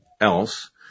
else